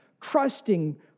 trusting